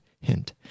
hint